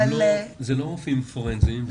אבל --- זה לא רופאים פורנזיים,